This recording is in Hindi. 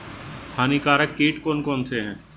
हानिकारक कीट कौन कौन से हैं?